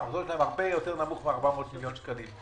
והמחזור שלהם הרבה יותר נמוך מ-400 מיליון שקלים.